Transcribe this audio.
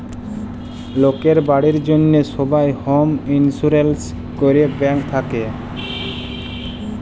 লকের বাড়ির জ্যনহে সবাই হম ইলসুরেলস ক্যরে ব্যাংক থ্যাকে